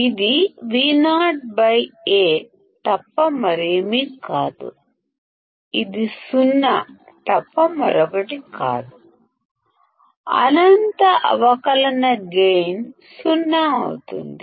ఇది VoA ఇది సున్నా తప్ప మరొకటి కాదు అనంత అవకలన గైన్ సున్నా అవుతుంది